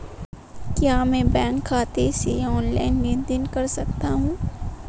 क्या मैं बैंक खाते से ऑनलाइन लेनदेन कर सकता हूं?